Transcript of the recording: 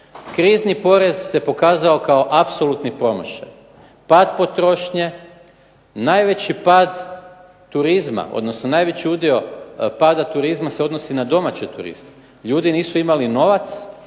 Krizni porez se pokazao kao apsolutni promašaj. Pad potrošnje, najveći pad turizma odnosno najveći udio pada turizma se odnosi na domaće turiste. Ljudi nisu imali novac